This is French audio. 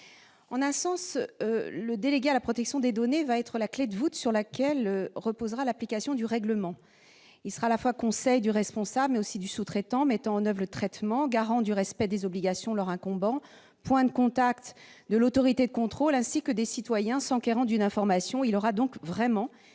En un sens, le délégué à la protection des données- ou DPO, pour sera la clé de voûte de l'application du règlement : à la fois conseiller du responsable, mais aussi du sous-traitant mettant en oeuvre le traitement, garant du respect des obligations leur incombant et point de contact de l'autorité de contrôle ainsi que des citoyens s'enquérant d'une information, il occupera une